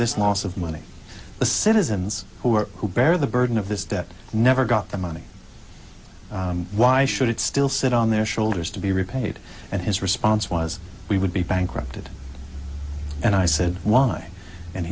this loss of money the citizens who were who bear the burden of this debt never got the money why should it still sit on their shoulders to be repaid and his response was we would be bankrupted and i said why and